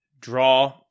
draw